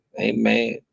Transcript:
Amen